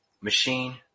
machine